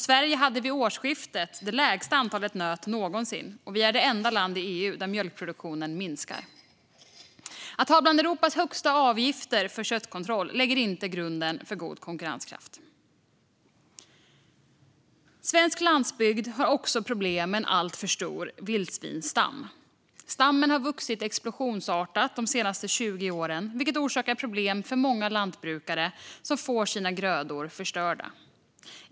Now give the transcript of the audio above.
Sverige hade vid årsskiftet det lägsta antalet nöt någonsin, och vi är det enda land i EU där mjölkproduktionen minskar. Att ha bland Europas högsta avgifter för köttkontroll lägger inte grunden för god konkurrenskraft. Svensk landsbygd har också problem med en alltför stor vildsvinsstam. Stammen har vuxit explosionsartat de senaste 20 åren, vilket orsakar problem för många lantbrukare som får sina grödor förstörda.